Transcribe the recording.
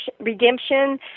redemption